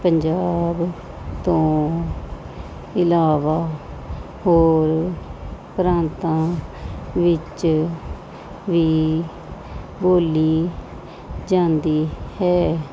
ਪੰਜਾਬ ਤੋਂ ਇਲਾਵਾ ਹੋਰ ਪ੍ਰਾਂਤਾਂ ਵਿੱਚ ਵੀ ਬੋਲੀ ਜਾਂਦੀ ਹੈ